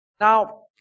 Now